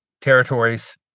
territories